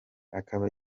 akaba